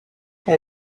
elle